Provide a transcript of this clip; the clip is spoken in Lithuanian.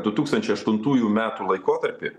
du tūkstančiai aštuntųjų metų laikotarpį